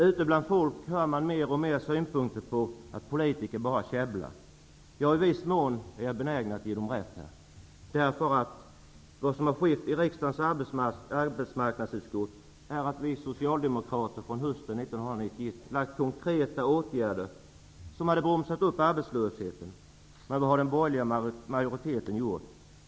Ute bland folk har man mer och mer synpunkter på att politiker bara käbblar. I viss mån är jag benägen att ge dem rätt. Vad som skett i riksdagens arbetsmarknadsutskott är att vi socialdemokrater från hösten 1991 framlagt konkreta förslag på åtgärder som skulle ha bromsat upp arbetslösheten. Men vad har den borgerliga majoriteten gjort?